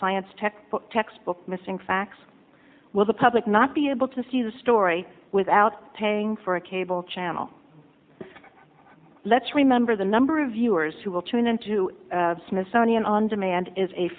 science textbook textbook missing facts will the public not be able to see the story without paying for a cable channel let's remember the number of viewers who will tune in to smithsonian on demand is a